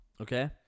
Okay